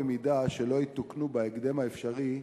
אם לא יתוקנו בהקדם האפשרי,